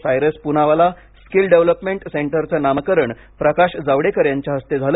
Cyrus Poonawalla skill development सेंटरचे नामकरण प्रकाश जावडेकर यांच्या हस्ते झाले